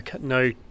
no